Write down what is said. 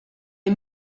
est